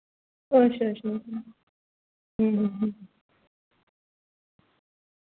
अच्छा अच्छा